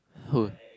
who